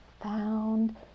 found